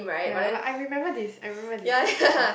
ya but I remember this I remember this yes